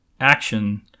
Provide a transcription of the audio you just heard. action